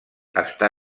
està